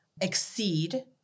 exceed